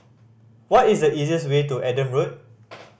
what is the easiest way to Adam Road